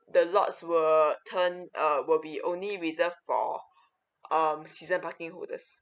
the lots will turn uh will be only reserved for um season parking holders